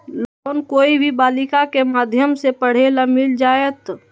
Loan कोई भी बालिका के माध्यम से पढे ला मिल जायत?